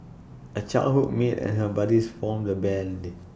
A childhood mate and her buddies formed the Band